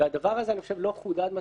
אני חושב שהדבר הזה לא חודד מספיק,